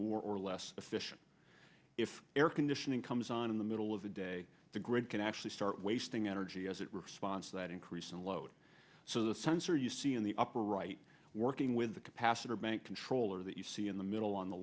more or less efficient if air conditioning comes on in the middle of the day the grid can actually start wasting energy as it responds that increase in load so the sensor you see in the upper right working with the capacitor bank controller that you see in the middle on the